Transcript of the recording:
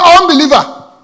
unbeliever